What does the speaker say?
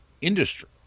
industry